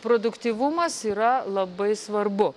produktyvumas yra labai svarbu